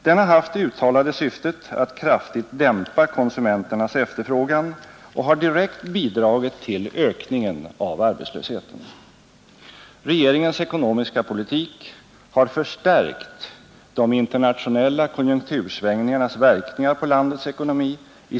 Den har haft det uttalade syftet att kraftigt dämpa konsumenternas efterfrågan och har direkt bidragit till ökningen av arbetslösheten. Regeringens ekonomiska politik har förstärkt de internationella konjunktursvängningarnas verkningar på landets ekonomi.